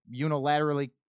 unilaterally